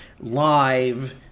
live